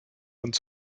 und